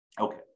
Okay